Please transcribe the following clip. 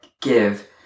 give